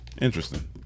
interesting